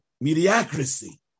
mediocrity